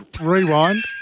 rewind